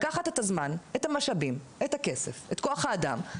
לקחת את הזמן, את המשאבים, את הכסף, את כוח האדם,